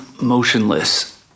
motionless